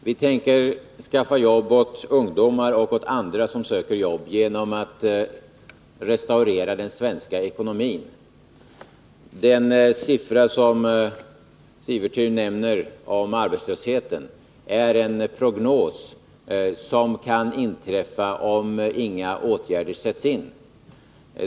Herr talman! Vi tänker skaffa jobb åt ungdomen och andra, som söker jobb, genom att restaurera den svenska ekonomin. Den siffra som Ulf Sivertun nämner för arbetslösheten är en prognos, som kan inträffa om inga åtgärder sätts in.